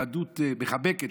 יהדות מחבקת.